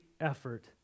effort